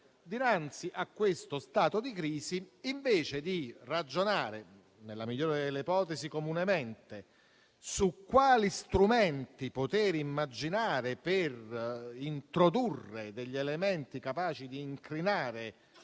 Dinanzi a tale stato invece di ragionare, nella migliore delle ipotesi comunemente, su quali strumenti poter immaginare per introdurre degli elementi capaci di incrinare